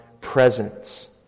presence